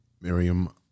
Miriam